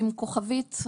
עם כוכבית,